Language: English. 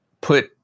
put